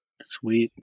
Sweet